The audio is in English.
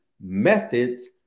methods